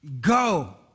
go